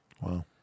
Wow